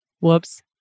Whoops